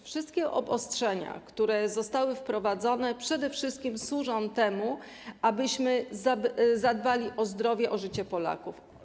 Wszystkie obostrzenia, które zostały wprowadzone, przede wszystkim służą temu, abyśmy zadbali o zdrowie, o życie Polaków.